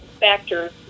factors